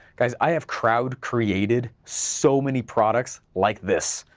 guys i have crowd created so many products like this,